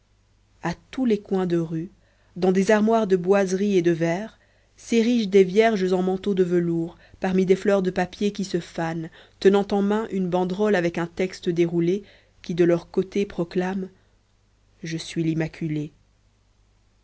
à tous les coins de rue dans des armoires de boiserie et de verre s'érigent des vierges en manteaux de velours parmi des fleurs de papier qui se fanent tenant en main une banderole avec un texte déroulé qui de leur côté proclament je suis l'immaculée